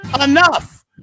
enough